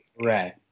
Right